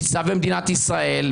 ניצב במדינת ישראל,